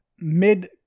mid